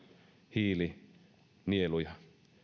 hiilinieluja